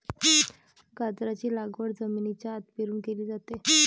गाजराची लागवड जमिनीच्या आत पेरून केली जाते